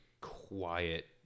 quiet